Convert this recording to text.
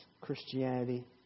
Christianity